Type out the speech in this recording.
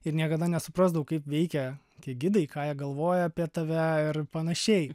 ir niekada nesuprasdavau kaip veikia tie gidai ką jie galvoja apie tave ir panašiai